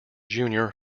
junior